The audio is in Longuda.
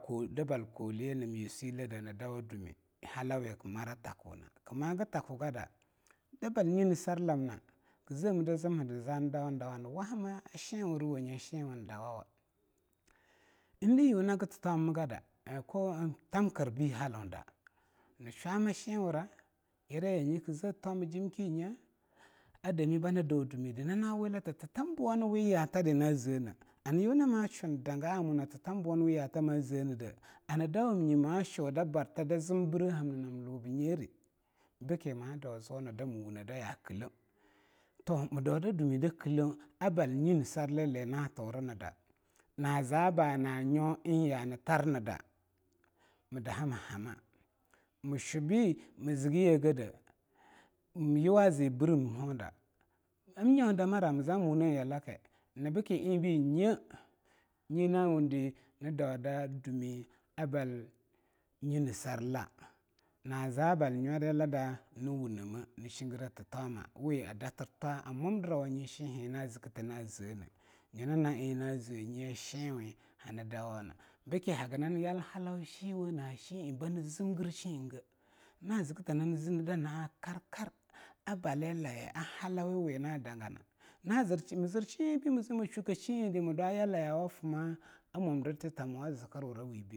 Koh da bal kohliye nam yosile halawe kii mara thakuna kie maa gie thaku gaada da bal nyine sar lamma ki zea mii da zimhe da zani daawanidawa nii wahama shenwura wanye shenwung daa woh indii yunna gea thtomi gada ko tamkirbi halaung da nii shwama shenwura yirayanye ke thitoma jemki nye a dami bani daung dumi de naja wela fa thitam buwani we yaa tada zeeneh anii yunna maa shun danga muna naa thitam buwaniwe yaa tadi maa zeani de ani da wumnye maa shuda bartha da zem birrehamna nam lubu nyere beaki maa dauzo nada mii wung ne daa ya killaungi to mii dau da dummi daa killaung a bal n nyinesar lilea na turini da naa zaa baa na nyo eing yaa hani tarnida mii daha mii hamma mii shubbi mii zig i yea geade yuwa zaa birrim haung da am nyaun damara mii zaami wunnen yaalaka nyina beaki bii eing be ayi na wundi nye, nyini wundi nii dau da dummi a bal nyinesarla na zaa bal nyuryalada nii wunnemea nii shingire thitoma we a datir twaa a mondira wa nyi shenhe naa zikifa naa zeaneh nyina na eing na zea nyi shenuwea hani dawona biki haginani yal halawa na shea'ei nani zimgir she eingeh na zikkita nani zii daa naa karkar a baalilaye a halauyawe na dangana mii zir shen-eing be zimmi shukke shen-eing deah mii dua yalayawa a fii maah a mondirtiya tamo a zikir wurawibe.